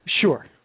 Sure